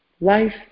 Life